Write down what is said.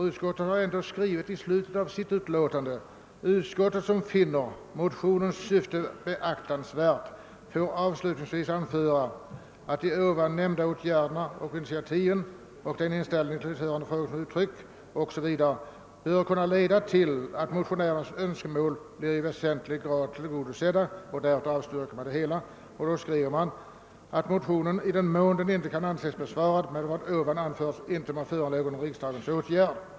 Utskottet har ändå i slutet av sitt utlåtande skrivit: »Utskottet, som finner motionens syfte beaktansvärt, får avslutningsvis anföra, att de ovan nämnda åtgärderna och initiativen och den inställning till hithörande frågor som kommit till uttryck ——— bör kunna leda till att motionärernas önskemål blir i väsentlig grad tillgodosedda.» Därefter avstyrker man emellertid motionen med orden »att motion I: 979 i den mån den inte kan anses besvarad med vad ovan anförts inte må föranleda någon riksdagens åtgärd».